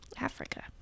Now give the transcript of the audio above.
Africa